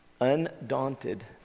undaunted